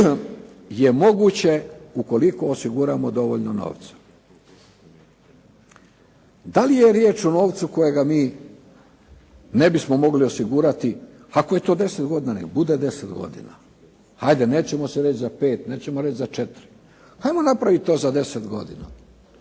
je moguće ukoliko osiguramo dovoljno novca. Da li je riječ o novcu kojega mi ne bismo mogli osigurati? Ako je to deset godina, nek bude deset godina. Ajde nećemo se reći za pet, nećemo reć' za četiri, ajmo napravit to za deset godina.